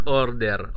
order